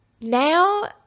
now